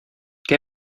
qué